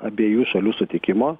abiejų šalių sutikimo